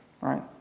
right